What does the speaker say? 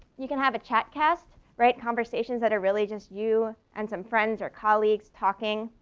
you can have a chat cast, right? conversations that are really just you and some friends or colleagues talking.